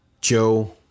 Joe